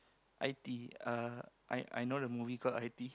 i_t uh I I know the movie called i_t